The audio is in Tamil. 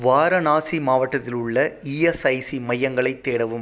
வாரணாசி மாவட்டத்தில் உள்ள இஎஸ்ஐசி மையங்களைத் தேடவும்